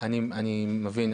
אני מבין.